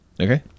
Okay